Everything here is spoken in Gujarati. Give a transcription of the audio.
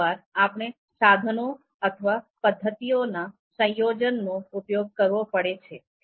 કેટલીકવાર આપણે સાધનો અથવા પદ્ધતિઓના સંયોજનનો ઉપયોગ કરવો પડે છે